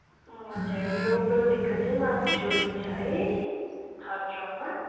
ए हजुर यो प्रोजेक्टको चाहिँ मार्क्स जोडिन्छ है थर्ड टर्ममा